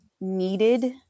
needed